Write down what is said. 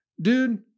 dude